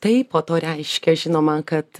tai po to reiškia žinoma kad